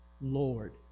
lord